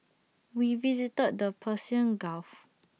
we visited the Persian gulf